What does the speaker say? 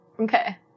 Okay